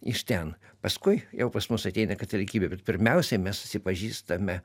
iš ten paskui jau pas mus ateina katalikybė bet pirmiausiai mes susipažįstame